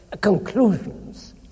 conclusions